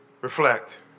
Reflect